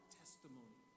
testimony